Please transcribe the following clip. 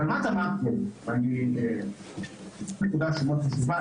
ברמת המאקרו נקודה שמאוד חשובה,